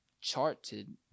charted